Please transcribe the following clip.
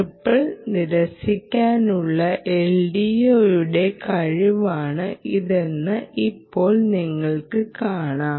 ripple നിരസിക്കാനുള്ള LDOയുടെ കഴിവാണ് ഇതെന്ന് ഇപ്പോൾ നിങ്ങൾക്ക് കാണാം